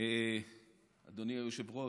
אדוני היושב-ראש,